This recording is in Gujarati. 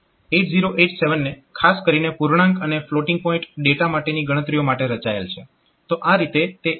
8087 ને ખાસ કરીને પૂર્ણાંક અને ફ્લોટિંગ પોઈન્ટ ડેટા માટેની ગણતરીઓ માટે રચાયેલ છે